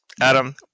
adam